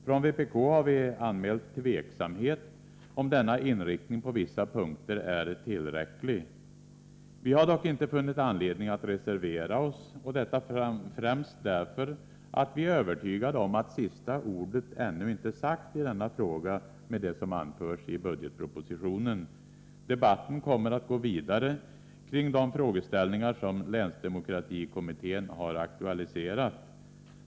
Från vpk har vi anmält tveksamhet till om denna inriktning på vissa punkter är tillräcklig. Vi har dock inte funnit anledning att reservera oss och detta främst därför att vi är övertygade om att sista ordet ännu inte är sagt i denna fråga med det som anförs i budgetpropositionen. Debatten kommer att gå vidare kring de frågeställningar som länsdemokratikommittén har aktualise = Nr 126 rat.